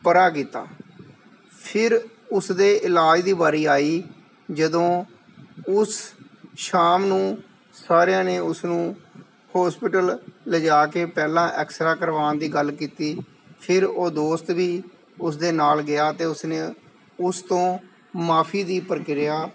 ਪਰਾ ਕੀਤਾ ਫਿਰ ਉਸ ਦੇ ਇਲਾਜ ਦੀ ਵਾਰੀ ਆਈ ਜਦੋਂ ਉਸ ਸ਼ਾਮ ਨੂੰ ਸਾਰਿਆਂ ਨੇ ਉਸ ਨੂੰ ਹੋਸਪਿਟਲ ਲਿਜਾ ਕੇ ਪਹਿਲਾਂ ਐਕਸਰਾ ਕਰਵਾਉਣ ਦੀ ਗੱਲ ਕੀਤੀ ਫਿਰ ਉਹ ਦੋਸਤ ਵੀ ਉਸ ਦੇ ਨਾਲ ਗਿਆ ਅਤੇ ਉਸਨੇ ਉਸ ਤੋਂ ਮੁਆਫ਼ੀ ਦੀ ਪ੍ਰਕਿਰਿਆ